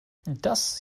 das